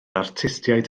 artistiaid